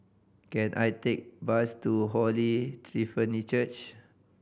can I take bus to Holy Trinity Church